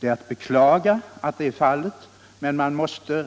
Det är att beklaga att så är fallet, men man måste